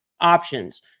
options